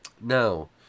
Now